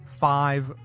five